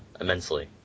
immensely